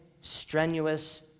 strenuous